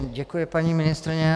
Děkuji, paní ministryně.